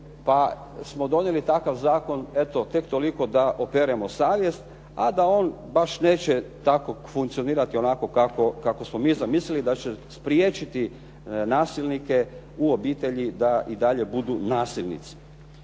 pa smo donijeli takav zakon eto tek toliko da operemo savjest, a da on baš neće tako funkcionirati onako kako smo mi zamislili da će spriječiti nasilnike u obitelji da i dalje budu nasilnici.